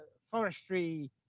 forestry